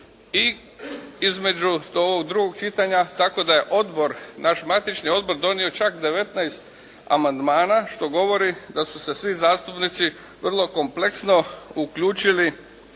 i između ovog drugog čitanja tako da je naš matični odbor donio čak devetnaest amandmana što govori da su se svi zastupnici vrlo kompleksno uključili